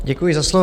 Děkuji za slovo.